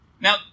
Now